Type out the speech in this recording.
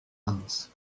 minces